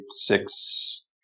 six